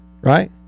right